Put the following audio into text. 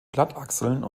blattachseln